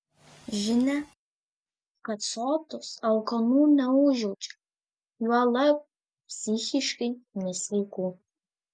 žinia kad sotūs alkanų neužjaučia juolab psichiškai nesveikų